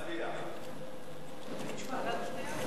ההצעה להעביר את הנושא לוועדת החוקה,